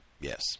Yes